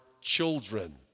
children